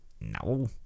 No